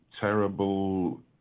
terrible